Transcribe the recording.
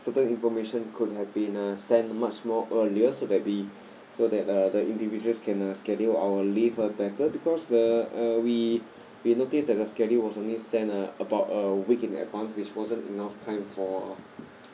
further information could have been uh sent much more earlier so that we so that uh the individuals can uh schedule our leave better because uh uh we we noticed that the schedule was only sent uh about a week in advance which wasn't enough time for